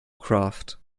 craft